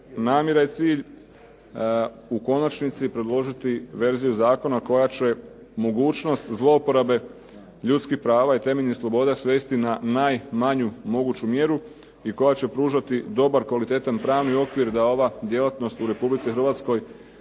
namjera i cilj u konačnici predložiti verziju zakona koja će mogućnost zlouporabe ljudskih prava i temeljnih sloboda svesti na najmanju moguću mjeru i koja će pružati dobar, kvalitetan pravni okvir da ova djelatnost u Republici Hrvatskoj